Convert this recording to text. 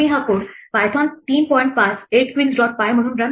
5 8 queens dot py म्हणून run केला